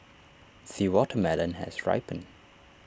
the watermelon has ripened